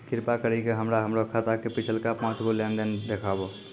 कृपा करि के हमरा हमरो खाता के पिछलका पांच गो लेन देन देखाबो